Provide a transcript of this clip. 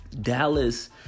Dallas